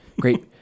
great